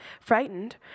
Frightened